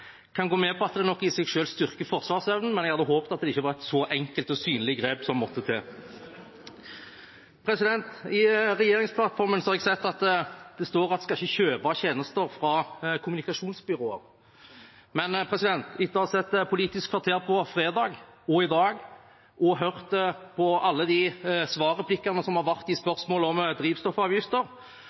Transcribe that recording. kan gå med på at det nok i seg selv styrker forsvarsevnen, men jeg hadde håpet det ikke var et så enkelt og synlig grep som måtte til. I regjeringsplattformen har jeg sett at det står at en ikke skal kjøpe tjenester fra kommunikasjonsbyråer. Etter å ha sett Politisk kvarter på fredag og i dag og hørt på alle de svarreplikkene som har vært i spørsmål om drivstoffavgifter,